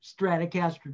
stratocaster